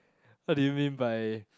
what do you mean by